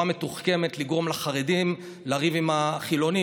מתוחכמת לגרום לחרדים לריב עם החילונים,